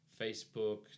Facebook